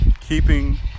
keeping